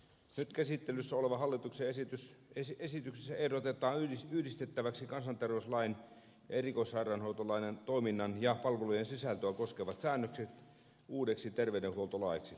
nyt käsittelyssä olevassa hallituksen esityksessä ehdotetaan yhdistettäväksi kansanterveyslain ja erikoissairaanhoitolain toiminnan ja palvelujen sisältöä koskevat säännökset uudeksi terveydenhuoltolaiksi